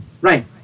Right